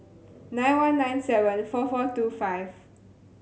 nine one nine seven four four two five